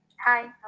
Hi